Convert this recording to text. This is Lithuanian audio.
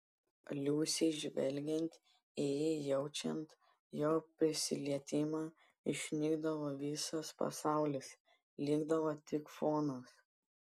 liusei žvelgiant į jį jaučiant jo prisilietimą išnykdavo visas pasaulis likdavo tik fonas